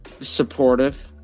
Supportive